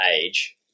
age